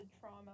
trauma